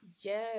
Yes